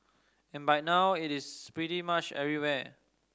and by now it is pretty much everywhere